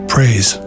Praise